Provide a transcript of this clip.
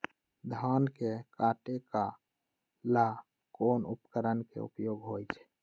धान के काटे का ला कोंन उपकरण के उपयोग होइ छइ?